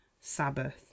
Sabbath